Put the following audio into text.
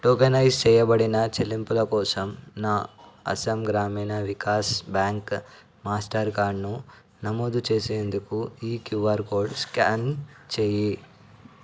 tokenise చేయబడిన చెల్లింపుల కోసం నా అస్సాం గ్రామీణ వికాస్ బ్యాంక్ మాస్టర్ కార్డును నమోదు చేసేందుకు ఈ క్యూఆర్ కోడ్ స్కాన్ చేయి